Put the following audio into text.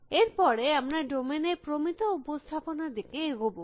এর পরে আমরা ডোমেইন এর প্রমিত উপস্থাপনা র দিকে এগাবো